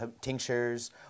tinctures